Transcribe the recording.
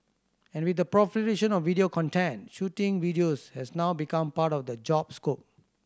and with the proliferation of video content shooting videos has now become part of the job scope